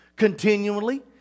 Continually